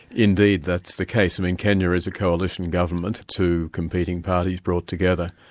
indeed that's the case. i mean kenya is a coalition government, two competing parties brought together,